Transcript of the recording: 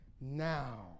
Now